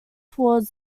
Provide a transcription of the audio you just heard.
towards